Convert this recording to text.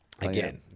Again